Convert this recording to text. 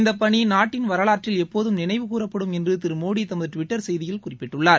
இந்த பணி நாட்டின் வரலாற்றில் எப்போதும் நினைவு கூறப்படும் என்று திரு மோடி தமது டுவிட்டர் செய்தியில் குறிப்பிட்டுள்ளார்